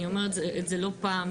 אני אומרת את זה לא פעם,